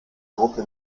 gruppe